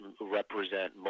represent